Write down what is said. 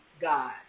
God